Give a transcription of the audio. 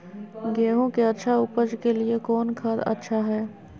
गेंहू के अच्छा ऊपज के लिए कौन खाद अच्छा हाय?